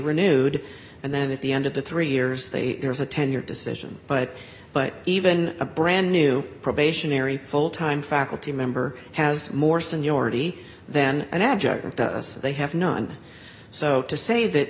renewed and then at the end of the three years they there's a tenure decision but but even a brand new probationary full time faculty member has more seniority then an adjutant does they have none so to say that